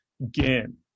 again